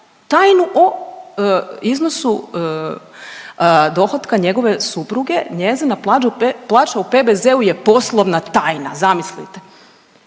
tajnu o iznosu dohotka njegove supruge. Njezina plaća u PBZ-u je poslovna tajna zamislite!